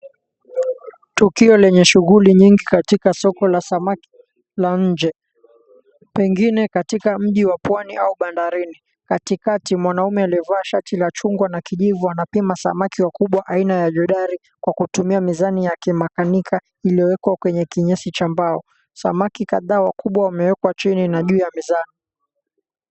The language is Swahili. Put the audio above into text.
Tukio lenye shughuli nyingi katika soko la samaki la nje. Pengine katika mji wa pwani au bandarini. Katikati mwanaume aliyevaa shati la chungwa na kijivu anapima samaki wakubwa aina ya jodari kwa kutumia mizani ya kimakanika iliyowekwa kwenye kinyesi cha mbao. Samaki kadhaa wakubwa wamewekwa chini na juu ya mizani.